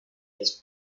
his